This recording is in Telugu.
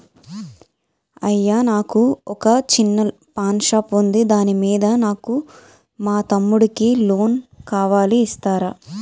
అయ్యా నాకు వొక చిన్న పాన్ షాప్ ఉంది దాని మీద నాకు మా తమ్ముడి కి లోన్ కావాలి ఇస్తారా?